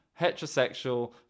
heterosexual